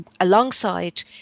alongside